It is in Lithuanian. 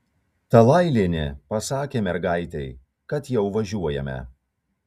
talailienė pasakė mergaitei kad jau važiuojame